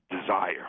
desire